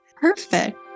Perfect